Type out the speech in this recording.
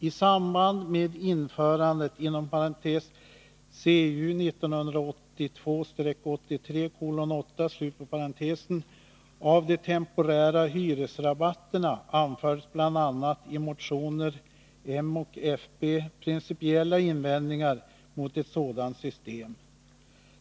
I samband med införandet av de temporära hyresrabatterna, CU 1982/83:8, anfördes bl.a. i motioner från moderata samlingspartiet och folkpartiet principiella invändningar mot ett sådant system.